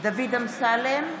דוד אמסלם,